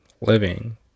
living